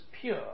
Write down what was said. pure